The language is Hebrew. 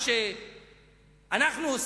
מה שאנחנו,